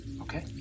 Okay